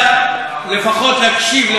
לפחות תקשיבי לדברים הנאמרים.